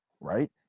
right